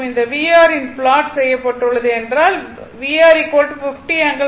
மற்றும் இந்த VR ஏன் ப்லாட் செய்யப்பட்டுள்ளது என்றால் r VR 50 ∠45o